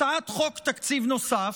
הצעת חוק תקציב נוסף,